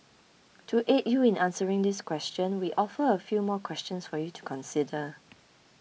to aid you in answering this question we offer a few more questions for you to consider